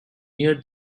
near